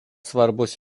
svarbus